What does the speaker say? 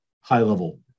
high-level